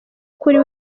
kuri